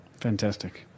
Fantastic